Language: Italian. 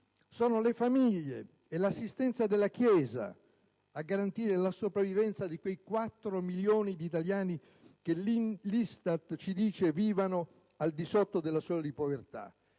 Sono le famiglie e l'assistenza della Chiesa a garantire la sopravvivenza di gran parte di quei 4 milioni di italiani che, secondo l'ISTAT, vivono al di sotto della soglia di povertà.